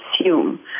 assume